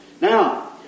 Now